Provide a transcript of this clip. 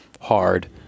hard